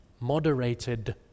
Moderated